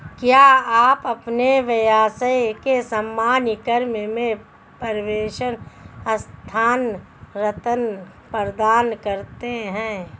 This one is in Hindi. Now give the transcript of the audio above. क्या आप अपने व्यवसाय के सामान्य क्रम में प्रेषण स्थानान्तरण प्रदान करते हैं?